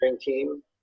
team